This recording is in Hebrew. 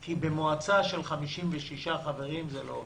כי במועצה של 56 חברים זה לא עובד.